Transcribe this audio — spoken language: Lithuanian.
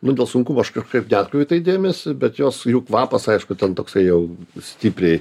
nu dėl sunkumo aš kažkaip neatkreipiau į tai dėmesi bet jos jų kvapas aišku ten toksai jau stipriai